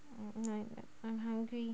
like I'm hungry